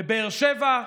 לבאר שבע,